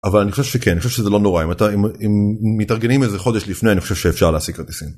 אבל אני חושב שכן, אני חושב שזה לא נורא, אם מתארגנים איזה חודש לפני אני חושב שאפשר להשיג כרטיסים.